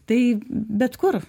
tai bet kur